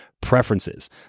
preferences